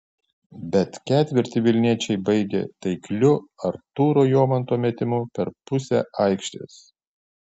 bet ketvirtį vilniečiai baigė taikliu artūro jomanto metimu per pusę aikštės